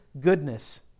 goodness